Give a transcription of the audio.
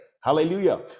hallelujah